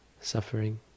suffering